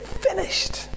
finished